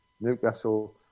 Newcastle